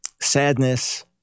sadness